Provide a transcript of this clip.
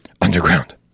Underground